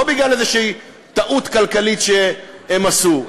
לא בגלל איזו טעות כלכלית שהם עשו,